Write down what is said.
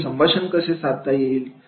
योग्य संभाषण कसे साधता येईल